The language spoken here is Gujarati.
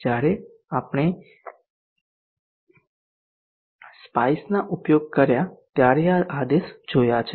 જ્યારે આપણે SPICEના પ્રયોગો કર્યા ત્યારે આ આદેશ જોયા છે